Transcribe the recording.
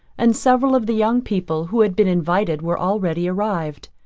and several of the young people who had been invited were already arrived.